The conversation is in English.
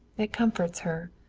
it comforts her.